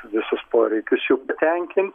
visus poreikius jų patenkint